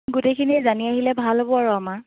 গোটেইখিনি জানি আহিলে ভাল হ'ব আৰু আমাৰ